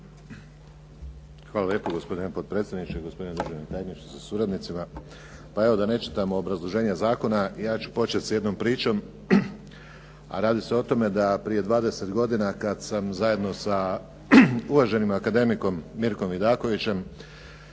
Hvala lijepo gospodine potpredsjedniče, gospodine državni tajniče sa suradnicima. Pa evo, da ne čitamo obrazloženje zakona, ja ću početi s jednom pričom, a radi se o tome da prije 20 godina kada sam zajedno sa uvaženim akademikom Mirkom Vidakovićem,